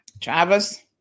Travis